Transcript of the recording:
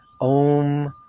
Om